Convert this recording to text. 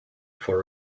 for